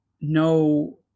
no